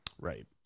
Right